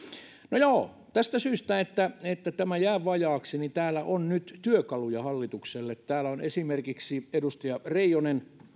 no joo tästä syystä että että tämä jää vajaaksi täällä on nyt työkaluja hallitukselle täällä on esimerkiksi edustaja reijonen